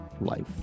life